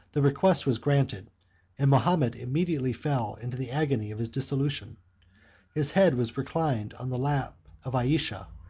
the request was granted and mahomet immediately fell into the agony of his dissolution his head was reclined on the lap of ayesha,